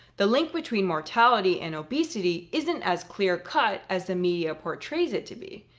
the link between mortality and obesity isn't as clear cut as the media portrays it to be.